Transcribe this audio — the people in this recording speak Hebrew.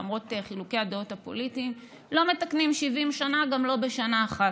למרות חילוקי הדעות הפוליטיים: לא מתקנים 70 שנה גם לא בשנה אחת.